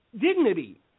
Dignity